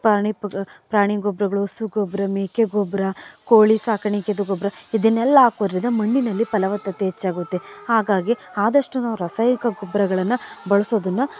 ಪ್ರಾಣಿ ಪಕ್ ಪ್ರಾಣಿ ಗೊಬ್ಬರಗಳು ಹಸು ಗೊಬ್ಬರ ಮೇಕೆ ಗೊಬ್ಬರ ಕೋಳಿ ಸಾಕಾಣಿಕೆದು ಗೊಬ್ಬರ ಇದನ್ನೆಲ್ಲ ಹಾಕೋದ್ರಿಂದ ಮಣ್ಣಿನಲ್ಲಿ ಫಲವತ್ತತೆ ಹೆಚ್ಚಾಗುತ್ತೆ ಹಾಗಾಗಿ ಆದಷ್ಟು ನಾವು ರಸಾಯಿಕ ಗೊಬ್ಬರಗಳನ್ನ ಬಳಸೋದನ್ನ